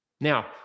Now